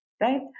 right